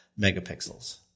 megapixels